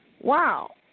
wow